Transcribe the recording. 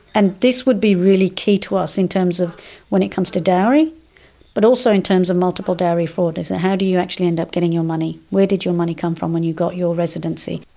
and this would be really key to us in terms of when it comes to dowry but also in terms of multiple dowry fraud, is that ah how do you actually end up getting your money? where did your money come from when you got your residency?